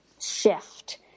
shift